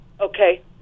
Okay